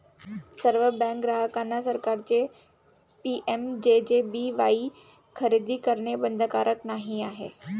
सर्व बँक ग्राहकांना सरकारचे पी.एम.जे.जे.बी.वाई खरेदी करणे बंधनकारक नाही आहे